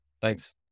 Thanks